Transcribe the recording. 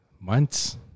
Months